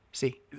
see